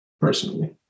personally